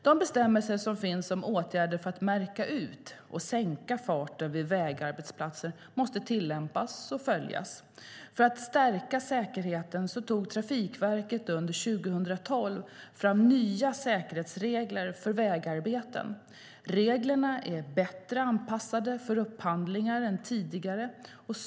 De bestämmelser som finns om åtgärder för att märka ut och sänka farten vid vägarbetsplatser måste tillämpas och följas. För att stärka säkerheten tog Trafikverket under 2012 fram nya säkerhetsregler för vägarbeten. Reglerna är bättre anpassade för upphandlingar än tidigare.